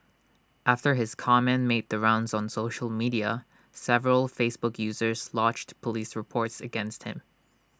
after his comment made the rounds on social media several Facebook users lodged Police reports against him